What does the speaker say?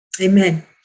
amen